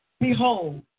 Behold